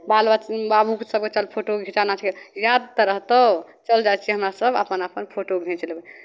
बाल ब बाबूके सभ अच्छासँ फोटो घिचाना छै याद तऽ रहतौ चल जाइ छियै हमरासभ अपन अपन फोटो घिँच लेबै